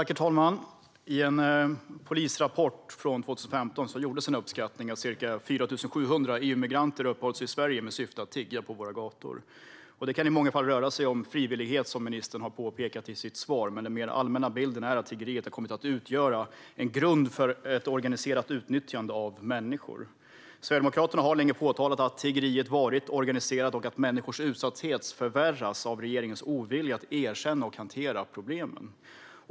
Herr talman! I en polisrapport från 2015 gjordes en uppskattning att ca 4 700 EU-migranter uppehöll sig i Sverige med syfte att tigga på våra gator. Det kan i många fall röra sig om frivillighet, vilket ministern påpekade i sitt svar, men den mer allmänna bilden är att tiggeriet har kommit att utgöra en grund för ett organiserat utnyttjande av utsatta människor. Sverigedemokraterna har länge påpekat att tiggeriet är organiserat och att människors utsatthet förvärras av regeringens ovilja att erkänna och hantera problemen.